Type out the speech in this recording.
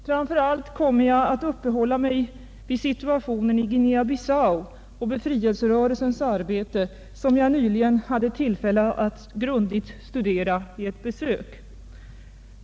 Framför allt kommer jag att uppehålla mig vid situationen i Guinea Bissau och befrielserörelsens arbete där, som jag nyligen hade tillfälle att studera grundligt vid ett besök.